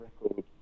record